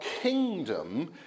kingdom